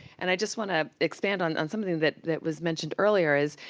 and i just want to expand on on something that that was mentioned earlier is,